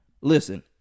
listen